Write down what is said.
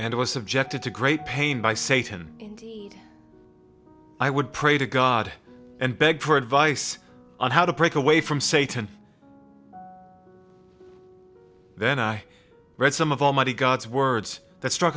to great pain by satan i would pray to god and beg for advice on how to break away from satan then i read some of almighty god's words that struck